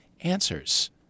answers